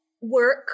work